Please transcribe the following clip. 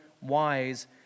wise